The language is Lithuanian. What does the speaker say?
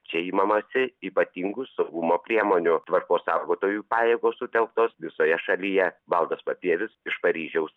čia imamasi ypatingų saugumo priemonių tvarkos saugotojų pajėgos sutelktos visoje šalyje valdas papievis iš paryžiaus